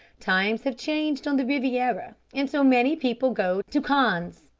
times have changed on the riviera, and so many people go to cannes.